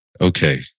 Okay